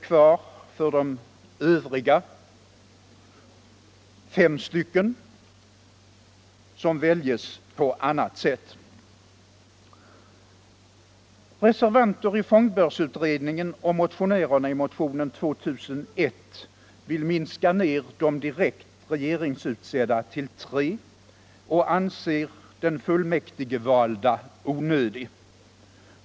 Kvar blir fyra ledamöter som väljes på annat sätt. Reservanter i fondbörsutredningen och motionärerna i motionen 1986 vill minska de direkt regeringsutsedda till tre och anser den fullmäktigevalde onödig.